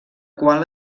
qual